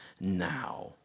now